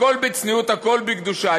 הכול בצניעות, הכול בקדושה.